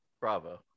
Bravo